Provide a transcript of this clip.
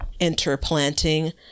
interplanting